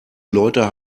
leute